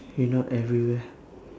we're everywhere